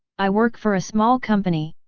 i work for a small company.